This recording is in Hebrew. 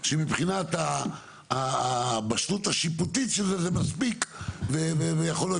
אם יהיה רק צד אחד של המשוואה ולא יהיו